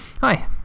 Hi